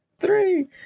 Three